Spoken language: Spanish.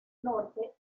norte